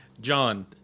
John